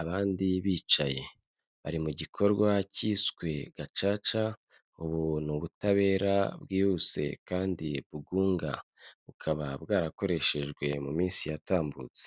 abandi bicaye, bari mu gikorwa cyiswe gacaca ubuntu ubutabera bwihuse kandi bwunga, bukaba bwarakoreshejwe mu minsi yatambutse.